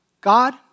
God